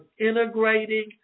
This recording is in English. integrating